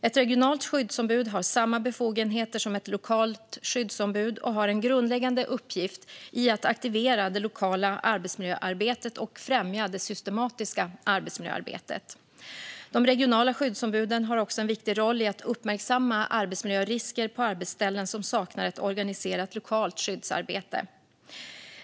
Ett regionalt skyddsombud har samma befogenheter som ett lokalt skyddsombud och har en grundläggande uppgift i att aktivera det lokala arbetsmiljöarbetet och främja det systematiska arbetsmiljöarbetet. De regionala skyddsombuden har också en viktig roll i att uppmärksamma arbetsmiljörisker på arbetsställen som saknar ett organiserat lokalt skyddsarbete.